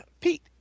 Pete